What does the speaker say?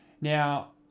Now